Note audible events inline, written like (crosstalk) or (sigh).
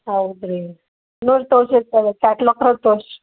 ಹೌದು ರೀ (unintelligible) ಕ್ಯಾಟ್ಲಾಕ್ರಲ್ಲಿ ತೋರ್ಸಿ